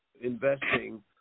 investing